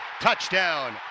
touchdown